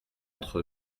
entre